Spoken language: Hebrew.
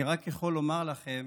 אני רק יכול לומר לכם